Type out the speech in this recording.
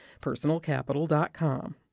personalcapital.com